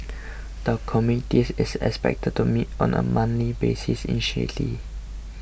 the committees is expected to meet on a monthly basis initially